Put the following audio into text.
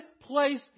place